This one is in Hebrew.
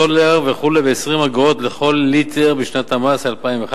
סולר וכו' ב-20 אגורות לכל ליטר בשנת המס 2011